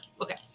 Okay